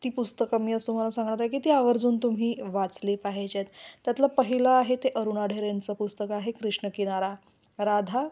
ती पुस्तकं मी असं तुम्हाला सांगणार आहे की ती आवर्जून तुम्ही वाचली पाहिजेत त्यातलं पहिलं आहे ते अरुणा ढेरेंचं पुस्तक आहे कृष्ण किनारा राधा